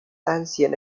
ancient